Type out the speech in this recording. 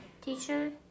teacher